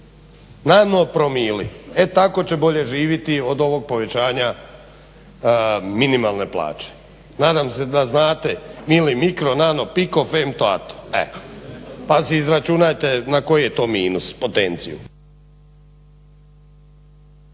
nanopromili, e tako će bolje živjeti od ovog povećanja minimalne plaće. Nadam se da znate mili, mikro, nano, piko, femto, ato, eto pa si izračunajte na koji je to minus, potenciju.